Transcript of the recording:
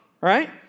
right